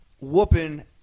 whooping